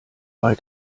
wein